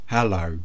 Hello